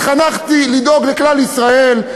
התחנכתי לדאוג לכלל ישראל,